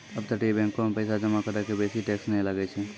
अपतटीय बैंको मे पैसा जमा करै के बेसी टैक्स नै लागै छै